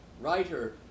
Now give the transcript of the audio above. writer